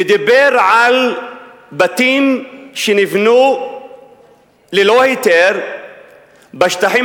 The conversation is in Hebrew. ומדבר על בתים שנבנו ללא היתר בשטחים